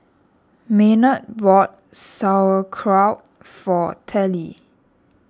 Maynard bought Sauerkraut for Tallie